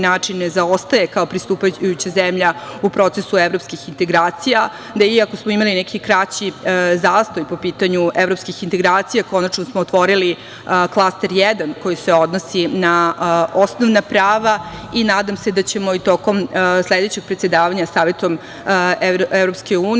način ne zaostaje kao pristupajuća zemlja u procesu evropskih integracija, gde je, i ako smo imali neki kraći zastoj po pitanju evropskih integracija konačno smo otvorili klaster 1. koji se odnosi na osnovna prava i nadam se da ćemo i tokom sledećeg predsedavanja Savetom EU,